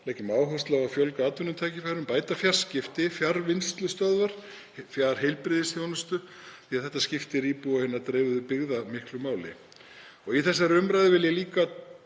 leggjum áherslu á að fjölga atvinnutækifærum, bæta fjarskipti, fjarvinnslustöðvar, fjarheilbrigðisþjónustu, því þetta skiptir íbúa hinna dreifðu byggða miklu máli. Í þessari umræðu vil ég líka